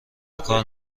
کار